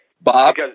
Bob